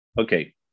Okay